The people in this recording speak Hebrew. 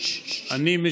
אני,